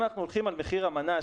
אם אנחנו הולכים על מחיר המנה,